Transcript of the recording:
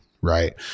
Right